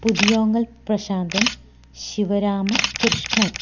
പുതിയൊങ്കൽ Prasanthan Sivarama Krishnan